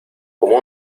como